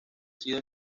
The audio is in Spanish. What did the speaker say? sido